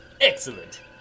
Excellent